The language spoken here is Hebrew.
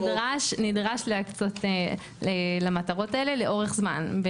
טווח נדרש להקצות למטרות האלה לאורך זמן;